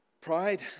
Pride